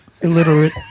Illiterate